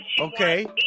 Okay